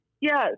Yes